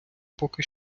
поки